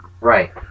Right